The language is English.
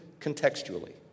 contextually